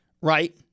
right